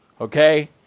okay